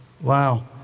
Wow